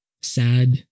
sad